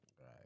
right